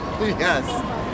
Yes